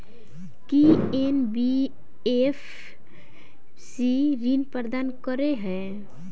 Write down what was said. की NBFC ऋण प्रदान करे है?